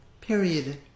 Period